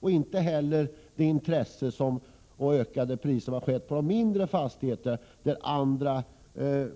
Jag menar inte heller det ökade intresset och de högre priserna på mindre fastigheter, där